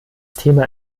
thema